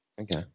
Okay